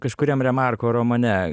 kažkuriam remarko romane